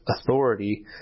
authority